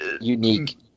Unique